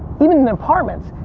even in their apartments,